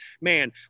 man